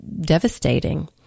devastating